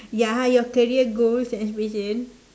ya your career goals and aspiration